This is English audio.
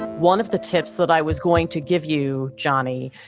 one of the tips that i was going to give you, johnny,